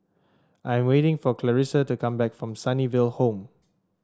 I'm waiting for Clarisa to come back from Sunnyville Home